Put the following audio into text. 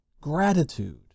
gratitude